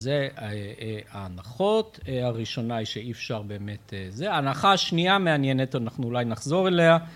זה ההנחות, הראשונה היא שאי אפשר באמת, זה. ההנחה השנייה מעניינת אנחנו אולי נחזור אליה